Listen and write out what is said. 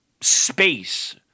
space